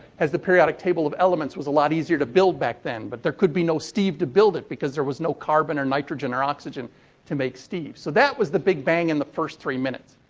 has the periodic table of elements was a lot easier to build back then. but, there could be no steve to build it because there was no carbon or nitrogen or oxygen to make steve. so that was the big bang in the first three minutes.